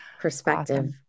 Perspective